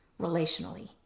relationally